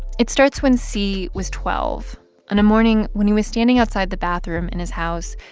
it starts when c was twelve on a morning when he was standing outside the bathroom in his house,